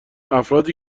افرادی